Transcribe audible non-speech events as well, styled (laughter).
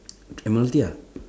(noise) admiralty ah